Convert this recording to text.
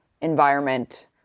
environment